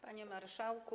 Panie Marszałku!